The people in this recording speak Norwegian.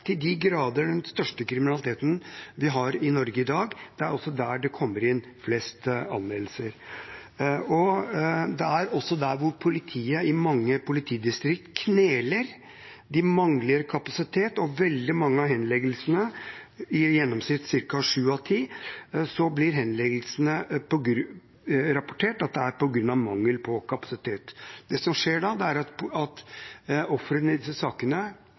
også der det kommer inn flest anmeldelser, og det er også der politiet i mange politidistrikt kneler. De mangler kapasitet. For veldig mange av henleggelsene – i gjennomsnitt ca. sju av ti – blir det rapportert at det er på grunn av mangel på kapasitet. Det som skjer da, er at ofrene i disse sakene